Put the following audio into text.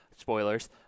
Spoilers